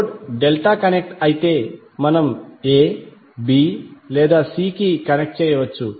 load delta connect అయితే మనం a b లేదా c కి కనెక్ట్ చేయవచ్చు